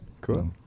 cool